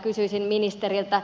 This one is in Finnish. kysyisin ministeriltä